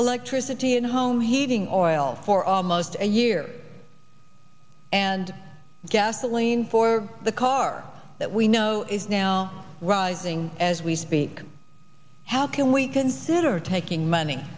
electricity and home heating oil for almost a year and gasoline for the car that we know is now rising as we speak how can we consider taking money